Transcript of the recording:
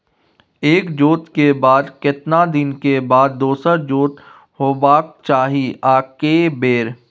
एक जोत के बाद केतना दिन के बाद दोसर जोत होबाक चाही आ के बेर?